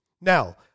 Now